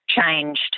changed